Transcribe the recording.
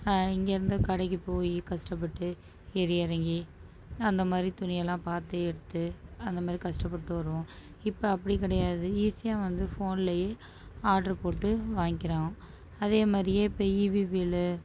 இங்கிருந்து கடைக்கு போய் கஷ்டப்பட்டு ஏறி இறங்கி அந்த மாரி துணியெல்லாம் பார்த்து எடுத்து அந்த மாரி கஷ்டப்பட்டு வருவோம் இப்போ அப்படி கிடையாது ஈஸியாக வந்து ஃபோன்லேயே ஆர்டர் போட்டு வாங்கிக்கிறோம் அதே மாரியே இப்போ ஈபி பில்லு